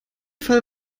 fall